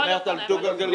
היא אומרת על דו גלגלי.